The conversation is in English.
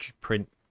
print